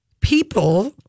people